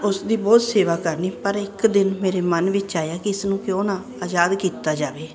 ਉਸ ਦੀ ਬਹੁਤ ਸੇਵਾ ਕਰਨੀ ਪਰ ਇੱਕ ਦਿਨ ਮੇਰੇ ਮਨ ਵਿੱਚ ਆਇਆ ਕਿ ਇਸ ਨੂੰ ਕਿਉਂ ਨਾ ਆਜ਼ਾਦ ਕੀਤਾ ਜਾਵੇ